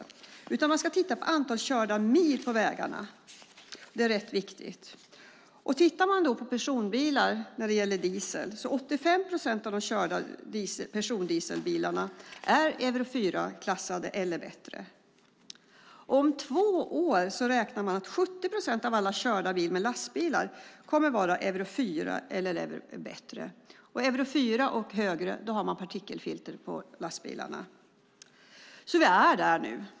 I stället ska man alltså titta på antalet körda mil på vägarna. Det är rätt viktigt. Tittar man på personbilar när det gäller diesel är 85 procent av de körda persondieselbilarna Euro 4-klassade eller bättre. Man räknar med att 70 procent av alla körda mil med lastbilar kommer att vara Euro 4 eller bättre om två år. För Euro 4 och högre har man partikelfilter på lastbilarna. Vi är alltså där nu.